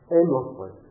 endlessly